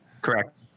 Correct